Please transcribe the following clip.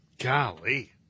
Golly